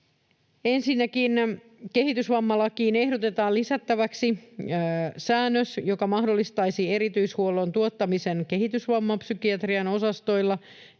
Ensinnäkin kehitysvammalakiin ehdotetaan lisättäväksi säännös, joka mahdollistaisi erityishuollon tuottamisen kehitysvammapsykiatrian osastoilla,